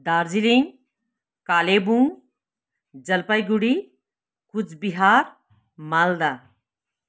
Darjeeling Kalimpong Jalpaiguri Cooch Behar Malda